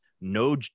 no